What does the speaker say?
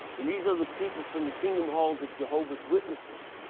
and these are the people from the kingdom hall the jehovah witnesses.